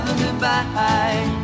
goodbye